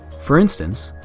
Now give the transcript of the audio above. for instance,